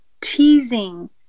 teasing